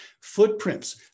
Footprints